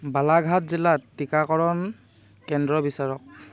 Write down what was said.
বালাঘাট জিলাত টিকাকৰণ কেন্দ্ৰ বিচাৰক